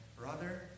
brother